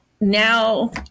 now